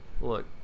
Look